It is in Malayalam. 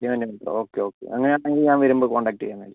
ഓക്കേ ഓക്കേ അങ്ങനെയാണെങ്കിൽ ഞാൻ വരുമ്പോൾ കോൺടാക്റ്റ് ചെയ്യാം എന്നാൽ